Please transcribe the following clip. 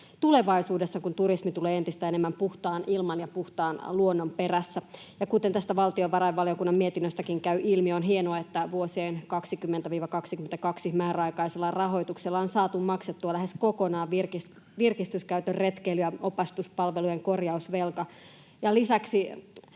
tulevaisuudessa, kun turismi tulee entistä enemmän puhtaan ilman ja puhtaan luonnon perässä. Kuten tästä valtiovarainvaliokunnan mietinnöstäkin käy ilmi, on hienoa, että vuosien 20—22 määräaikaisella rahoituksella on saatu maksettua lähes kokonaan virkistyskäytön retkeily‑ ja opastuspalvelujen korjausvelka ja lisäksi